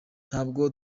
ntabwo